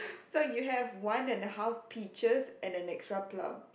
so you have one and a half peaches and an extra plum